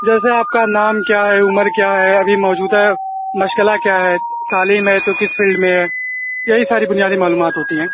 جیسے آپ کا نام کیا ہے عمر کیا ہے ابھی موجودہ مشغلہ کیا ہے تعلیم ہے تو کس فیلڈ میں یہی ساری بنیادی معلومات ہوتی ہیں